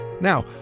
Now